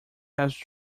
have